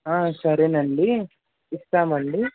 సరేనండి ఇస్తామండి